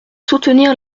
soutenir